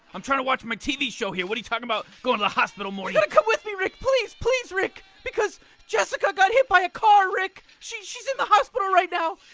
i'm trying to watch my tv show here. what are you talking about, going to the hospital morty? you gotta come with me rick, please please rick because jessica got hit by a car rick she's she's in the hospital right now.